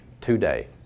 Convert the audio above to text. today